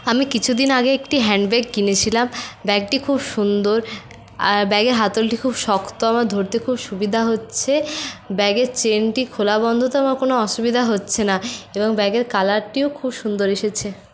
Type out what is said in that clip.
আমি কিছুদিন আগে একটি হ্যান্ডব্যাগ কিনেছিলাম ব্যাগটি খুব সুন্দর আর ব্যাগের হাতলটি খুব শক্ত আমার ধরতে খুব সুবিধা হচ্ছে ব্যাগের চেনটি খোলা বন্ধতে আমার কোনো অসুবিধা হচ্ছে না এবং ব্যাগের কালারটিও খুব সুন্দর এসেছে